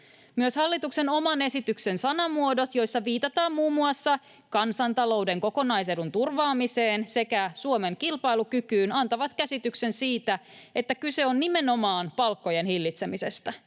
Myös hallituksen oman esityksen sanamuodot, joissa viitataan muun muassa kansantalouden kokonaisedun turvaamiseen sekä Suomen kilpailukykyyn, antavat käsityksen siitä, että kyse on nimenomaan palkkojen hillitsemisestä.